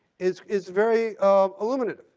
it's it's very um limited.